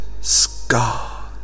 scar